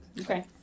Okay